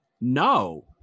no